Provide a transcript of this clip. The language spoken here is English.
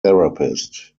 therapist